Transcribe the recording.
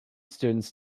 students